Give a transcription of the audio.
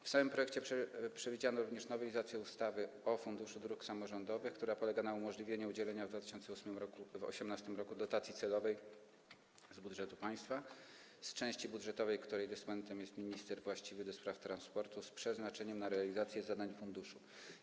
W samym projekcie przewidziano również nowelizację ustawy o Funduszu Dróg Samorządowych, która polega na umożliwieniu udzielenia w 2018 r. dotacji celowej z budżetu państwa z części budżetowej, której dysponentem jest minister właściwy do spraw transportu, z przeznaczeniem na realizację zadań funduszu.